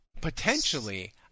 potentially